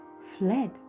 fled